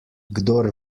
kdor